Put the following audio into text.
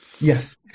Yes